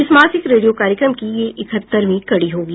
इस मासिक रेडियो कार्यक्रम की यह इकहत्तरवीं कड़ी होगी